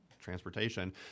transportation